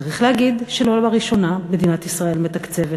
צריך להגיד שלא לראשונה מדינת ישראל מתקצבת.